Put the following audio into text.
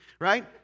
right